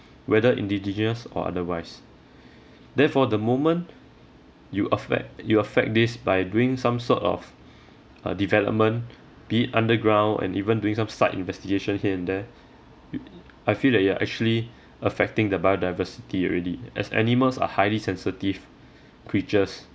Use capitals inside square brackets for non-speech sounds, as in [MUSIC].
whether indigenous or otherwise [BREATH] therefore the moment you affect you affect this by doing some sort of a development be underground and even doing some site investigation here and there [NOISE] I feel that you are actually affecting the biodiversity already as animals are highly sensitive creatures